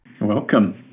welcome